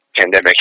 pandemic